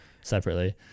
separately